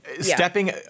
Stepping